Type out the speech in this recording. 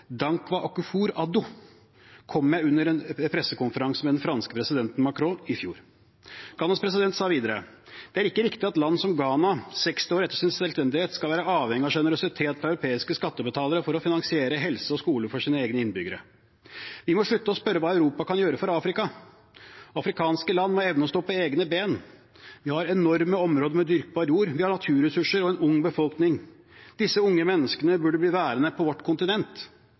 Addo Dankwa Akufo-Addo, kom med under en pressekonferanse sammen med den franske presidenten, Macron, i fjor. Ghanas president sa videre: Det er ikke riktig at land som Ghana, 60 år etter sin selvstendighet, skal være avhengig av sjenerøsitet fra europeiske skattebetalere for å finansiere helse og skole for sine egne innbyggere. Vi må slutte å spørre hva Europa kan gjøre for Afrika. Afrikanske land må evne å stå på egne ben. Vi har enorme områder med dyrkbar jord, vi har naturressurser og en ung befolkning. Disse unge menneskene burde bli værende på vårt kontinent.